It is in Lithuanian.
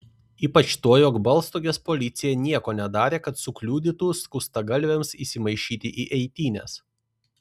ypač tuo jog baltstogės policija nieko nedarė kad sukliudytų skustagalviams įsimaišyti į eitynes